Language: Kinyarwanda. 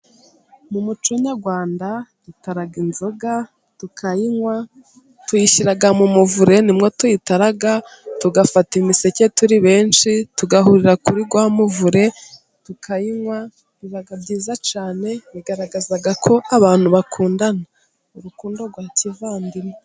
Mu muco nyarwanda dutara inzoga tukayinywa, tuyishyira mu muvure nibwo tuyitara, tugafata imiseke turi benshi tugahurira kuri wamuvure tukayinywa biba byiza cyane bigaragaza ko abantu bakundana urukundo rwa kivandimwe.